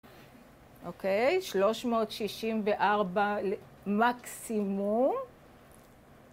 אוקיי, שלוש מאות שישים וארבע מקסימום.